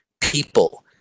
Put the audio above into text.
people